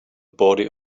body